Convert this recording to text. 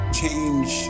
change